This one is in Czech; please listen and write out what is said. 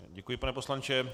Děkuji, pane poslanče.